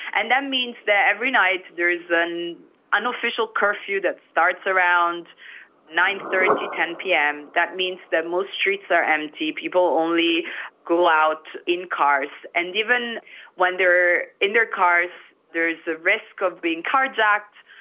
and that means that every night there is an unofficial curfew that starts around nine thirty, ten pm, that means that most streets are empty. people only go out in cars, and even when they in their cars there is a risk of being carjacked,